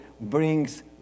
brings